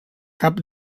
cap